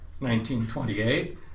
1928